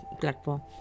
platform